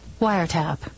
wiretap